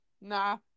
Nah